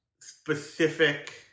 specific